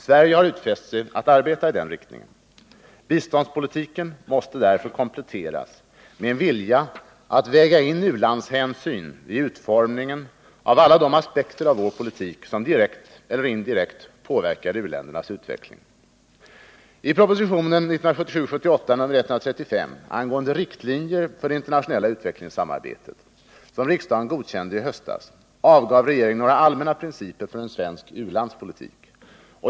Sverige har utfäst sig att verka i denna riktning. Biståndspolitiken måste därför kompletteras med en vilja att väga in u-landshänsyn vid utformningen av alla de aspekter av vår politik som direkt eller indirekt påverkar u-ländernas utveckling. I propositionen 1977/78:135 angående riktlinjer för det internationella utvecklingssamarbetet, som riksdagen godkände i höstas, avgav regeringen några allmänna principer för en svensk u-landspolitik.